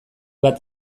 bat